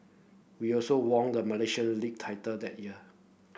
we also won the Malaysia League title that year